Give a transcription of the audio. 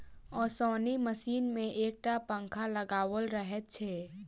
ओसौनी मशीन मे एक टा पंखा लगाओल रहैत छै